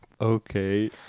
Okay